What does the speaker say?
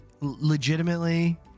legitimately